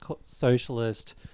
socialist